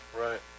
Right